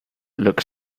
looked